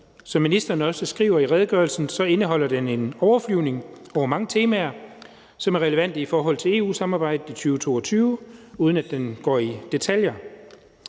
Som ministeren også skriver i redegørelsen, indeholder den en overflyvning over mange temaer, som er relevante i forhold til EU-samarbejdet i 2022, uden at den går i detaljer.